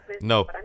No